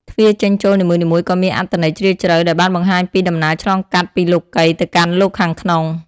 ទ្វារចេញចូលនីមួយៗក៏មានអត្ថន័យជ្រាលជ្រៅដែលបានបង្ហាញពីដំណើរឆ្លងកាត់ពីលោកីយ៍ទៅកាន់លោកខាងក្នុង។